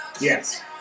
Yes